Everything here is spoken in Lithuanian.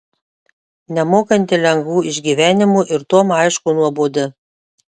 nemokanti lengvų išgyvenimų ir tuom aišku nuobodi